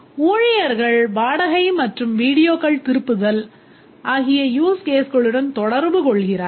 ஊழியர்கள் வாடகை மற்றும் வீடியோக்கள் திருப்புதல் ஆகிய use case களுடன் தொடர்பு கொள்கிறார்கள்